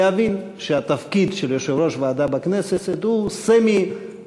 להבין שהתפקיד של יושב-ראש ועדה בכנסת הוא סמי-ממלכתי.